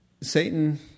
Satan